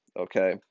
okay